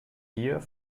hier